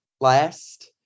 last